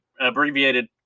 abbreviated